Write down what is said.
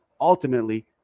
ultimately